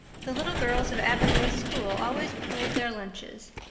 the little girls of avonlea school always pooled their lunches,